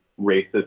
racist